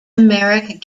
emeric